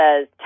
says